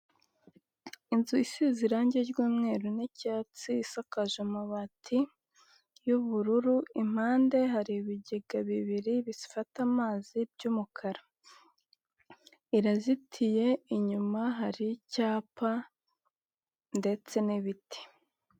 Inzu isize irangi ry'umweru n'icyatsi isakaje amabati, y'ubururu impande hari ibigega bibiri bifata amazi by'umukara. Irazitiye inyuma hari icyapa, ndetse n'ibiti.